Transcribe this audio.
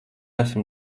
esam